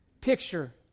Picture